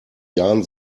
jahren